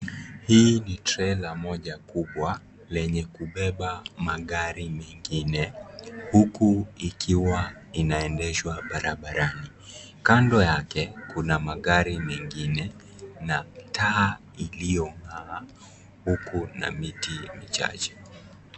Hii ni trela moja kubwa lenye kubeba magari mengine huku ikiwa inaendeshwa barabarani, kando yake kuna magari mengine na taa iliyong'aa huku na miti michache.